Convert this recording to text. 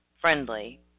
friendly